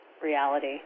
reality